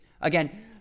Again